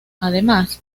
además